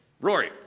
Rory